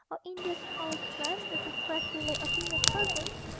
or india's coral strand, with a fresh relay of female cousins,